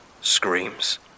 Screams